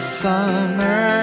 summer